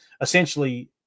essentially